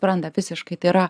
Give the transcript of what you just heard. brandą visiškai tai yra